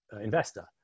investor